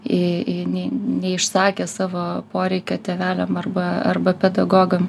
į neišsakė savo poreikio tėveliam arba arba pedagogam